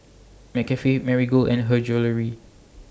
McCafe Marigold and Her Jewellery